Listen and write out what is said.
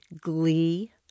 glee